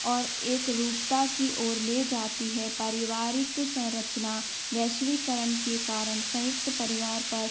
और एकरुपता की ओर ले जाती है पारिवारिक संरचना वैश्विकरण के कारण संयुक्त परिवार पर